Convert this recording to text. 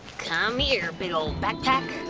come here, big ol' backpack!